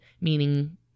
meaning